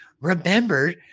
remember